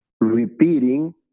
repeating